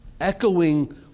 Echoing